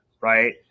right